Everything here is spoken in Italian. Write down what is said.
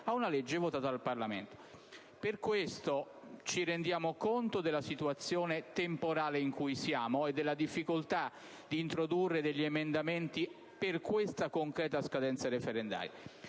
a una legge votata dal Parlamento. Per tale motivo ci rendiamo conto della situazione temporale in cui siamo e della difficoltà di introdurre emendamenti per questa concreta scadenza referendaria.